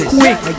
quick